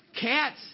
cats